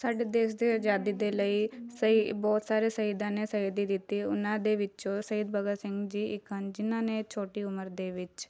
ਸਾਡੇ ਦੇਸ ਦੇ ਅਜ਼ਾਦੀ ਦੇ ਲਈ ਸਹੀ ਬਹੁਤ ਸਾਰੇ ਸ਼ਹੀਦਾਂ ਨੇ ਸ਼ਹੀਦੀ ਦਿੱਤੀ ਉਹਨਾਂ ਦੇ ਵਿੱਚੋਂ ਸ਼ਹੀਦ ਭਗਤ ਸਿੰਘ ਜੀ ਇੱਕ ਹਨ ਜਿਹਨਾਂ ਨੇ ਛੋਟੀ ਉਮਰ ਦੇ ਵਿੱਚ